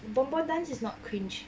pom pom dance is not cringe